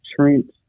Trent